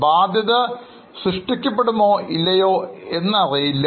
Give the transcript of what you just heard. ബാധ്യത സൃഷ്ടിക്കപ്പെടുമോ ഇല്ലയോ എന്നറിയില്ല